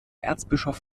erzbischof